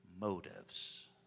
motives